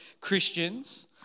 Christians